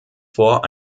vor